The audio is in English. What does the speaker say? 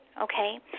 okay